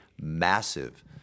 massive